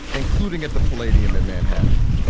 including at the palladium in manhattan.